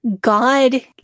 God